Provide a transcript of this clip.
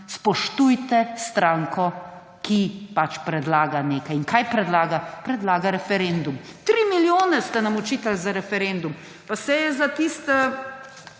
spoštujte stranko, ki pač predlaga nekaj. In kaj predlaga? Predlaga referendum. 3 milijone ste nam očitali za referendum. Pa saj za tisti